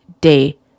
day